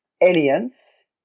aliens